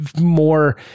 more